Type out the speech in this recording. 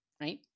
right